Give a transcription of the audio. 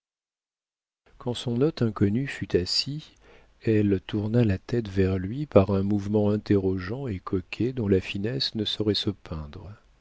quand son hôte inconnu fut assis elle tourna la tête vers lui par un mouvement interrogant et coquet dont la finesse ne saurait se peindre